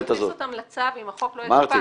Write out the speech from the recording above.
אנחנו לא יכולים להכניס אותם לצו אם החוק לא יתוקן.